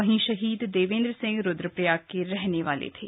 वहीं शहीद देवेंद्र सिंह रुद्रप्रयाग के रहने वाले थे